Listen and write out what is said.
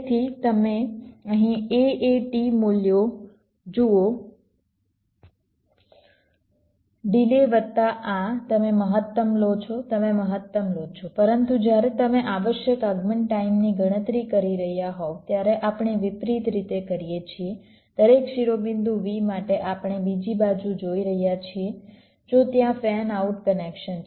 તેથી તમે અહીં AAT મૂલ્યો જુઓ ડિલે વત્તા આ તમે મહત્તમ લો છો તમે મહત્તમ લો છો પરંતુ જ્યારે તમે આવશ્યક આગમન ટાઈમની ગણતરી કરી રહ્યા હોવ ત્યારે આપણે વિપરીત રીતે કરીએ છીએ દરેક શિરોબિંદુ V માટે આપણે બીજી બાજુ જોઈ રહ્યા છીએ જો ત્યાં ફેન આઉટ કનેક્શન છે